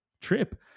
trip